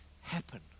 happen